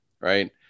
right